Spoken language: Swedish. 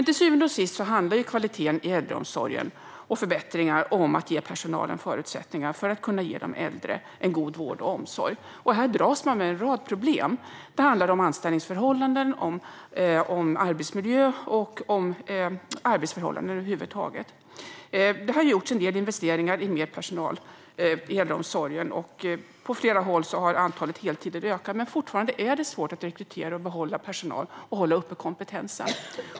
Till syvende och sist handlar dock kvalitet och förbättringar i äldreomsorgen om att ge personalen förutsättningar för att kunna ge de äldre en god vård och omsorg. Här dras man med en rad problem. Det handlar om anställningsförhållanden, arbetsmiljö och arbetsförhållanden över huvud taget. Det har gjorts en del investeringar i mer personal i äldreomsorgen, och på flera håll har antalet heltidsanställningar ökat. Men det är fortfarande svårt att rekrytera och behålla personal och att hålla uppe kompetensen.